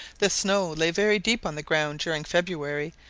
the snow lay very deep on the ground during february,